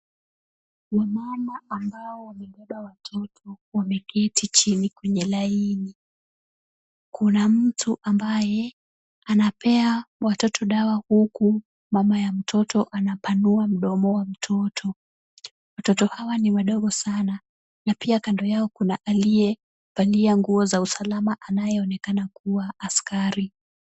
Wamama ambao wamebeba watoto, wameketi chini kwenye laini. Kuna mtu ambaye anapea watoto dawa, huku mama ya mtoto anapanua mdomo wa mtoto. Watoto hawa ni wadogo sana na pia kando yao kuna aliyevalia nguo za usalama anayeonekana kuwa askari.